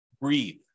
breathe